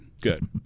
good